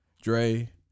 Dre